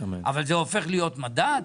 אבל זה הופך להיות מדד?